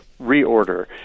reorder